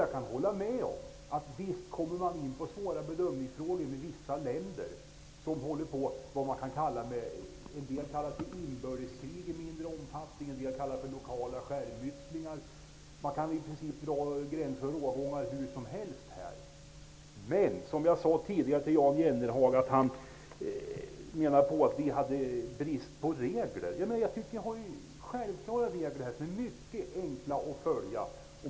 Jag kan hålla med om att man kommer in på svåra bedömningar av vissa länder som håller på med vad en del kallar för inbördeskrig i mindre omfattning och andra kallar för lokala skärmytslingar. Man kan dra gränser och rågångar i princip hur som helst. Jan Jennehag menade att vi har brist på regler. Jag tycker att det vi föreslår innebär självklara regler som är mycket enkla att följa.